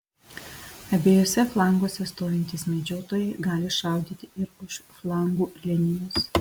abiejuose flanguose stovintys medžiotojai gali šaudyti ir už flangų linijos